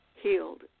healed